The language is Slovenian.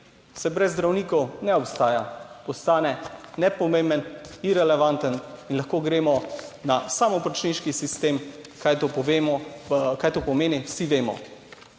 saj brez zdravnikov ne obstaja, postane nepomemben, irelevanten in lahko gremo na samoplačniški sistem. Kaj to povemo, kaj to